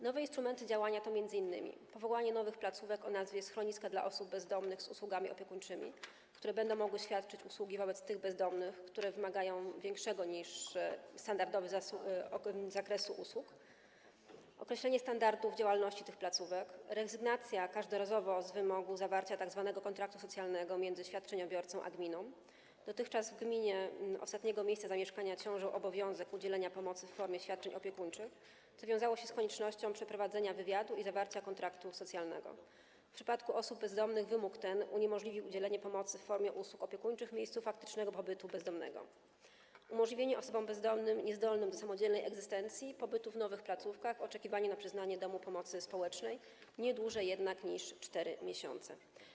Nowe instrumenty działania to m.in.: powołanie nowych placówek o nazwie „schronisko dla osób bezdomnych z usługami opiekuńczymi”, które będą mogły świadczyć usługi wobec tych bezdomnych, którzy wymagają większego niż standardowy zakresu usług; określenie standardów działalności tych placówek; rezygnacja każdorazowo z wymogu zawarcia tzw. kontraktu socjalnego między świadczeniobiorcą a gminą - dotychczas na gminie ostatniego miejsca zamieszkania ciążył obowiązek udzielenia pomocy w formie świadczeń opiekuńczych, co wiązało się z koniecznością przeprowadzenia wywiadu i zawarcia kontraktu socjalnego, w przypadku osób bezdomnych wymóg ten uniemożliwił udzielenie pomocy w formie usług opiekuńczych w miejscu faktycznego pobytu bezdomnego - umożliwienie osobom bezdomnym niezdolnym do samodzielnej egzystencji pobytu w nowych placówkach; oczekiwanie na przyznanie domu pomocy społecznej nie dłużej niż 4 miesiące.